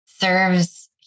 serves